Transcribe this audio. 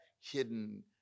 hidden